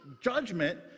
judgment